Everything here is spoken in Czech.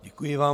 Děkuji vám.